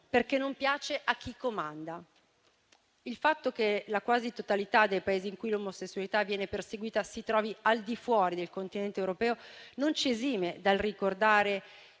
perché non piace a chi comanda. Il fatto che la quasi totalità dei Paesi dove l'omosessualità viene perseguita si trovi al di fuori del Continente europeo non ci esime dal ricordare